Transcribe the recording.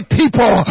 people